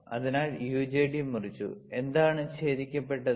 അതിനാൽ യുജെടി മുറിച്ചു എന്താണ് ഛേദിക്കപ്പെട്ടത്